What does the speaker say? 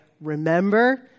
remember